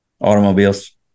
Automobiles